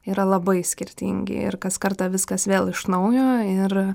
yra labai skirtingi ir kas kartą viskas vėl iš naujo ir